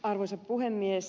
arvoisa puhemies